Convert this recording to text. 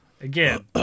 again